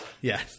Yes